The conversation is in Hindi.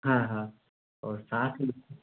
हाँ हाँ और साथ ही